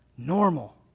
Normal